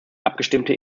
abgestimmte